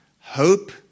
hope